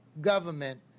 government